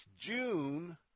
June